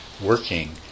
working